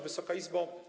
Wysoka Izbo!